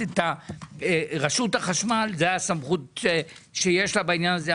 לרשות החשמל יש את הסמכות בעניין הזה.